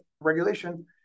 regulation